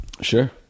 Sure